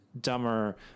dumber